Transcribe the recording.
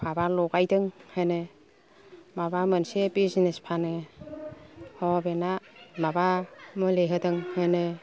माबा लगायदों होनो माबा मोनसे बिजिनिस फानो ह बेना माबा मुलि होदों होनो